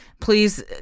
please